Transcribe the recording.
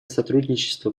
сотрудничество